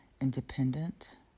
independent